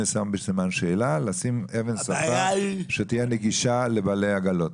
לשים אבן שפה שתהיה נגישה לבעלי עגלות